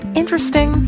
interesting